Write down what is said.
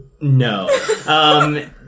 no